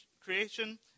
creation